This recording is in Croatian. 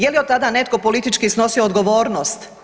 Je li od tada netko politički snosio odgovornost?